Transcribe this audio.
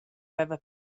veva